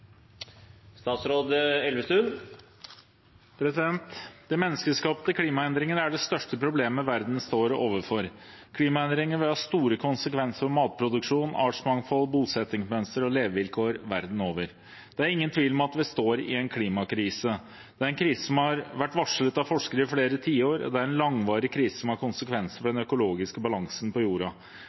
de forslagene hun refererte til. De menneskeskapte klimaendringene er det største problemet verden står overfor. Klimaendringene vil ha store konsekvenser for matproduksjon, artsmangfold, bosetningsmønster og levevilkår verden over. Det er ingen tvil om at vi står i en klimakrise. Det er en krise som har vært varslet av forskere i flere tiår, og det er en langvarig krise som har konsekvenser for den økologiske balansen på jorda,